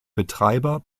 betreiber